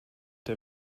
der